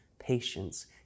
Patience